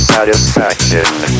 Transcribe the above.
Satisfaction